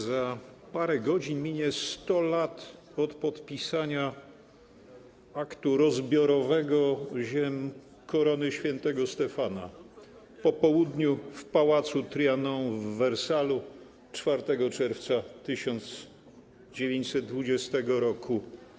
Za parę godzin minie 100 lat od podpisania aktu rozbiorowego ziem Korony Świętego Stefana, po południu, w pałacu Trianon w Wersalu 4 czerwca 1920 r.